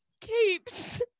capes